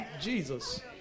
Jesus